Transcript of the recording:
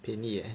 便宜 leh